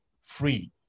free